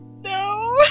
No